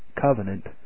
covenant